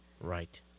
Right